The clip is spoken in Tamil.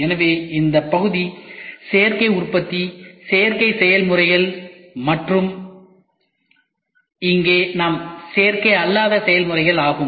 எனவே இந்த பகுதி சேர்க்கை உற்பத்தி சேர்க்கை செயல்முறைகள் மற்றும் இங்கே நாம் சேர்க்கை அல்லாத செயல்முறைகள்ஆகும்